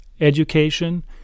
education